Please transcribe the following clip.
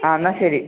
ആ എന്നാൽ ശരി